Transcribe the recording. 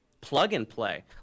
plug-and-play